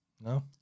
no